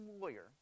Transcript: lawyer